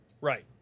Right